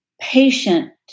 patient